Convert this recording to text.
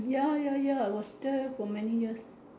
ya ya ya I was there for many years